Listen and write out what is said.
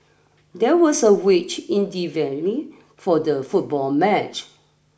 there was a witch in the venue for the football match